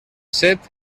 set